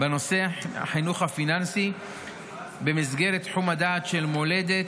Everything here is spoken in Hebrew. בנושא החינוך הפיננסי במסגרת תחום הדעת של מולדת,